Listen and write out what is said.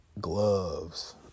gloves